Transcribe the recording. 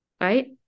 right